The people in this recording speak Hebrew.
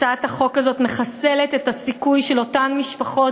הצעת החוק הזאת מחסלת את הסיכוי של אותן משפחות